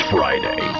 Friday